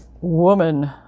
Woman